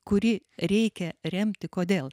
kurį reikia remti kodėl